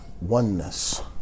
Oneness